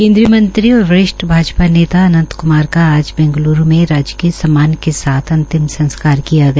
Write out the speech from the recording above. केन्द्रीय मंत्री और वरिष्ठ भाजपा नेता अनंत क्मार का आज बैंगलूरू में राजकीय सम्मान के साथ अंतिम संस्कार किया गया